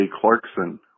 Clarkson